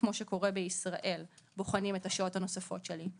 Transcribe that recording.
כמו שקורה בישראל בוחנים את השעות הנוספות שלי,